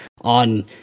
on